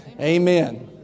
Amen